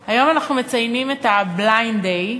כולם, היום אנחנו מציינים את ה-Blind Day,